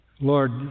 Lord